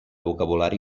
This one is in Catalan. vocabulari